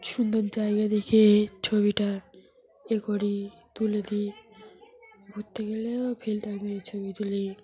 সুন্দর জায়গা দেখে ছবিটা এ করি তুলে দিই ঘুরতে গেলেও ফিল্টার মেরে ছবি তুলি